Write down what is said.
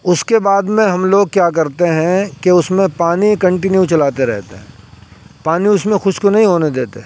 اس کے بعد میں ہم لوگ کیا کرتے ہیں کہ اس میں پانی کنٹینیو چلاتے رہتے ہیں پانی اس میں خشک نہیں ہونے دیتے